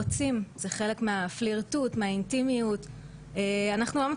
כי זו איזו שהיא פעולה שהיא בעצם הביטוי של מיניות במרחב המקוון.